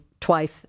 twice